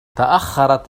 تأخرت